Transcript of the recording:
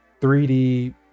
3D